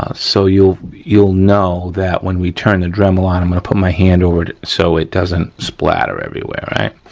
ah so, you'll you'll know that when we turn the dremel on, i'm gonna put my hand over it so it doesn't splatter everywhere right.